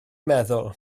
meddwl